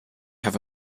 have